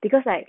because like